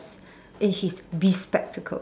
and she's bespectacled